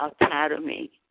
academy